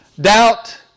doubt